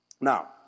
Now